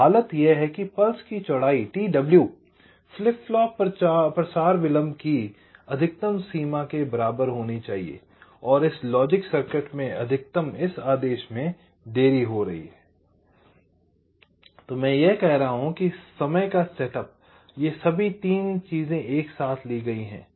तो हालत यह है कि पल्स की चौड़ाई t w फ्लिप फ्लॉप प्रचार विलंब की अधिकतम सीमा के बराबर होनी चाहिए इस लॉजिक सर्किट में अधिकतम इस आदेश में देरी हो रही है मैं कह रहा हूं कि समय का सेटअप ये सभी 3 चीजें एक साथ ली गई हैं